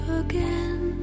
again